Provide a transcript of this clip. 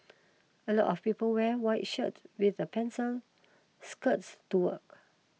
a lot of people wear white shirts with a pencil skirt to work